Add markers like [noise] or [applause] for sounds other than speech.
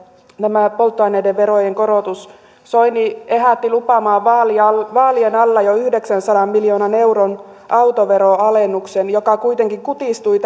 nämä polttoaineiden verojen korotukset soini ehätti lupaamaan vaalien alla jo yhdeksänsadan miljoonan euron autoveroalennuksen joka kuitenkin kutistui [unintelligible]